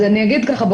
אני אגיד ככה,